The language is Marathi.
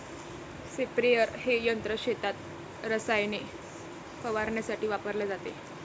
स्प्रेअर हे यंत्र शेतात रसायने फवारण्यासाठी वापरले जाते